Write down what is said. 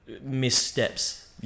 missteps